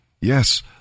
Yes